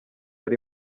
ari